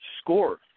score